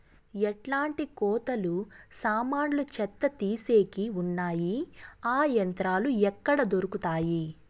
ఎట్లాంటి కోతలు సామాన్లు చెత్త తీసేకి వున్నాయి? ఆ యంత్రాలు ఎక్కడ దొరుకుతాయి?